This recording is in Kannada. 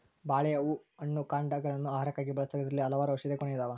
ಬಾಳೆಯ ಹೂ ಹಣ್ಣು ಕಾಂಡಗ ಳನ್ನು ಆಹಾರಕ್ಕಾಗಿ ಬಳಸ್ತಾರ ಇದರಲ್ಲಿ ಹಲವಾರು ಔಷದಿಯ ಗುಣ ಇದಾವ